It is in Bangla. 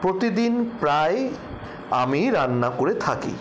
প্রতিদিন প্রায় আমিই রান্না করে থাকি